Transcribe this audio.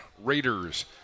Raiders